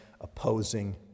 opposing